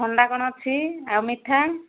ଥଣ୍ଡା କ'ଣ ଅଛି ଆଉ ମିଠା